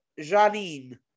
Janine